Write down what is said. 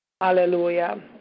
Hallelujah